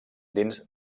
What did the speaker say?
dins